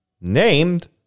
named